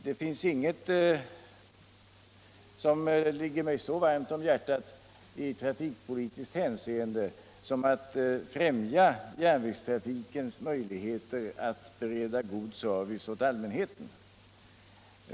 Det finns inget som ligger mig så varmt om hjärtat i trafikpolitiskt hänseende som att främja järnvägstrafikens möjligheter att ge god service åt allmänheten.